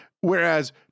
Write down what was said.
Whereas